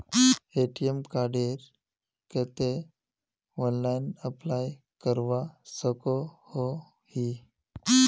ATM कार्डेर केते online apply करवा सकोहो ही?